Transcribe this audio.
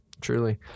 truly